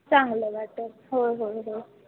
चांगलं वाटल हो हो हो